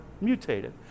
mutated